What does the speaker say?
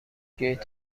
گیت